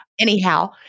Anyhow